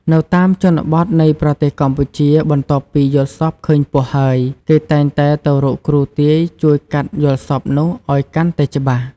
នៅតាមជនបទនៃប្រទេសកម្ពុជា បន្ទាប់ពីយល់សប្តិឃើញពស់ហើយ គេតែងតែទៅរកគ្រូទាយជួយកាត់យល់សប្តិនោះឱ្យកាន់តែច្បាស់។